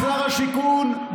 שר השיכון,